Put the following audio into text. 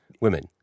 women